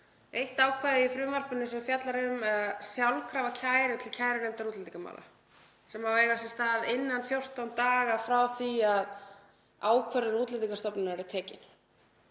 eitt ákvæði í frumvarpinu sem fjallar um sjálfkrafa kæru til kærunefndar útlendingamála sem á að eiga sér stað innan 14 daga frá því að ákvörðun Útlendingastofnunar er tekin.